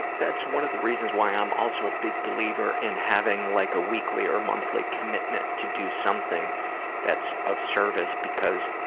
that's one of the reasons why i'm also a big believer in having like a weekly or a monthly commitment to do something that's of service because